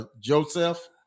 Joseph